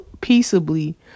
peaceably